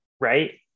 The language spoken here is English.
Right